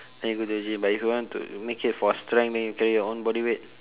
then you go to the gym but if you want to make it for strength then you carry your own body weight